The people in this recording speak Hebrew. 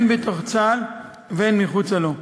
הן בתוך צה"ל והן מחוצה לו.